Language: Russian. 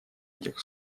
этих